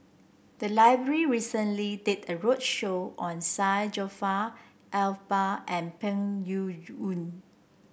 the library recently did a roadshow on Syed Jaafar Albar and Peng Yuyun